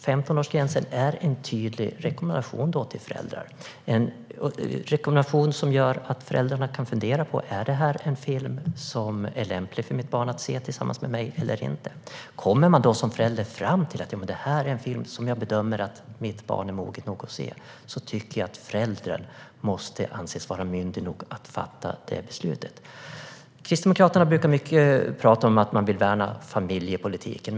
Femtonårsgränsen är då en tydlig rekommendation till föräldrarna, så att de kan fundera på om det är en film som det är lämplig för barnet att se tillsammans med föräldrarna eller inte. Om man då som förälder kommer fram till att det är en film som barnet är moget nog att se måste man också som förälder anses vara myndig nog att fatta det beslutet. Kristdemokraterna talar ofta om att värna familjepolitiken.